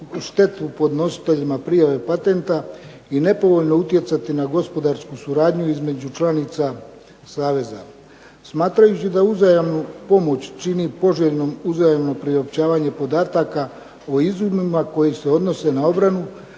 štetu podnositeljima prijave patenta i nepovoljno utjecati na gospodarsku suradnju između članica saveza. Smatrajući da uzajamnu pomoć čini poželjnom uzajamno priopćavanje podataka o izumima koji se odnose na obranu,